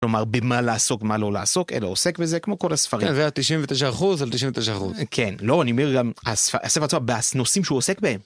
כלומר במה לעסוק מה לא לעסוק אלא עוסק בזה כמו כל הספרים כן זה היה 99% על 99% כן לא אני אומר גם הספר עצמו בנושאים שהוא עוסק בהם.